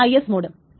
പിന്നെ IS mode